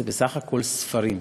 זה בסך הכול ספרים,